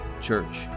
church